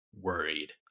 worried